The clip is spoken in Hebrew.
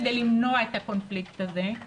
כדי למנוע את הקונפליקט הזה,